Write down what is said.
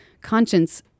conscience